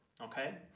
okay